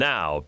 Now